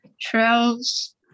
trails